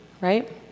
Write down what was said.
right